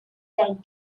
that